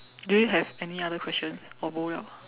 do you have any other question or bo liao